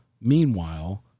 Meanwhile